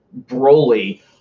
Broly